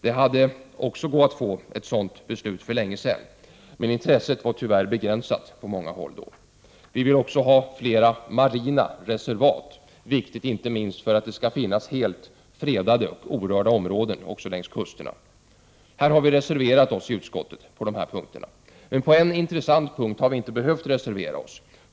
Det hade gått att fatta ett sådant beslut för länge sedan, men intresset var tyvärr begränsat på många håll. Vi vill också ha fler marina reservat. Det är viktigt, inte minst för att det skall finnas helt fredade och orörda områden också längs kusterna. På de punkter jag har räknat upp har vi reserverat oss i utskottet. Men på en intressant punkt har vi inte behövt reservera oss.